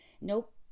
Nope